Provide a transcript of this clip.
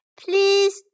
please